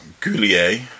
Goulier